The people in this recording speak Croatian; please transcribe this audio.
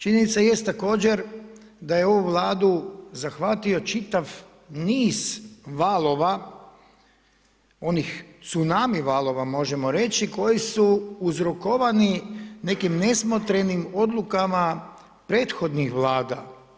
Činjenica jest također, da je ovu vladu zahvatio čitav niz valova, onih cunami valova, možemo reći, koji su uzrokovani, nekim nesmotrenim odlukama, prethodnih vlada.